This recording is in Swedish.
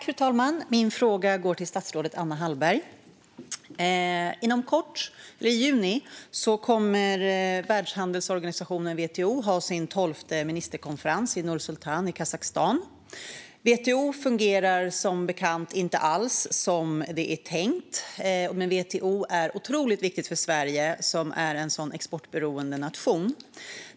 Fru talman! Min fråga går till statsrådet Anna Hallberg. I juni kommer Världshandelsorganisationen, WTO, att ha sin tolfte ministerkonferens i Nur-Sultan i Kazakstan. WTO fungerar som bekant inte alls som det är tänkt, men WTO är otroligt viktigt för Sverige, som är en så exportberoende nation.